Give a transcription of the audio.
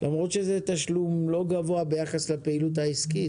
למרות שזה תשלום לא גבוה ביחס לפעילות העסקית.